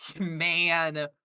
man